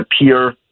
appear